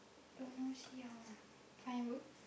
don't know see how lah if I'm work